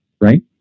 right